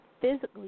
physically